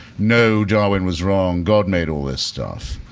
no, darwin was wrong. god made all this stuff.